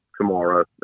tomorrow